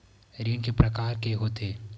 ऋण के प्रकार के होथे?